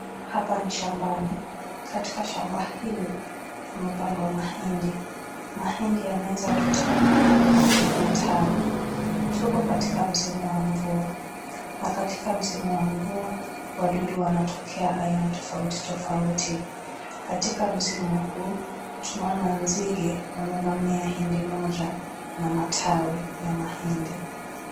Hapa ni shambani katika shamba hili kumepandwa mahindi, mahindi yameeza kutoa na kuna matawi, tuko katika msimu wa mvua na katika msimu wa mvua wadudu wanatokea aina tofauti tofauti katika msimu huu tunaona nzige wamevamia hindi moja na matawi ya mahindi.